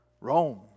Rome